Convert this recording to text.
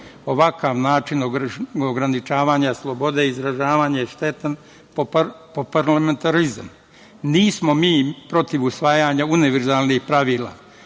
Ovakav način ograničavanja slobode izražavanja je štetan po parlamentarizam. Nismo mi protiv usvajanja univerzalnih pravila